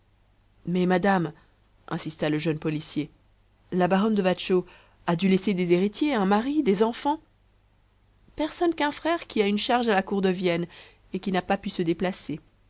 mais madame insista le jeune policier la baronne de watchau a dû laisser des héritiers un mari des enfants personne qu'un frère qui a une charge à la cour de vienne et qui n'a pas pu se déplacer